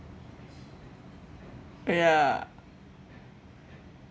ya